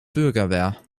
bürgerwehr